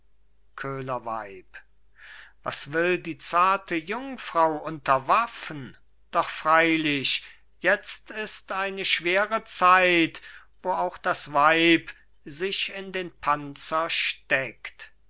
köhlerweib was will die zarte jungfrau unter waffen doch freilich jetzt ist eine schwere zeit wo auch das weib sich in den panzer steckt